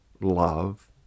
love